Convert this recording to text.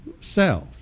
self